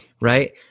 Right